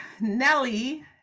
Nelly